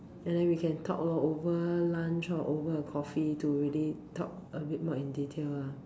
and then we can talk lor over lunch or over a coffee to really talk a bit more in detail lah